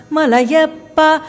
Malayappa